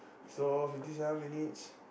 so fifty seven minutes